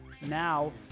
Now